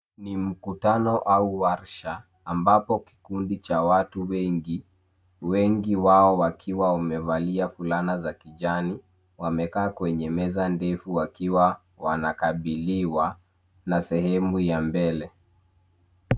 Ni mkutano au warsha ambapo kikundi cha watu wengi. Wengi wao wakiwa wamevalia fulana za kijani, wamekaa kwenye meza ndefu wakiwa wanakabiliwa na sehemu ya mbele.